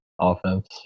offense